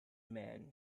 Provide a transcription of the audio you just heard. man